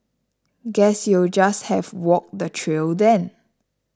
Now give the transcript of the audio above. guess you'll just have walk the trail then